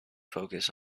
focused